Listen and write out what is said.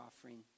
offering